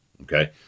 okay